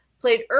played